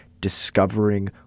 discovering